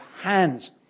hands